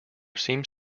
seems